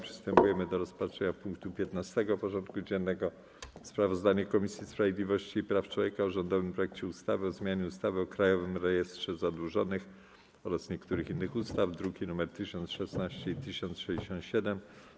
Przystępujemy do rozpatrzenia punktu 15. porządku dziennego: Sprawozdanie Komisji Sprawiedliwości i Praw Człowieka o rządowym projekcie ustawy o zmianie ustawy o Krajowym Rejestrze Zadłużonych oraz niektórych innych ustaw (druki nr 1016 i 1067)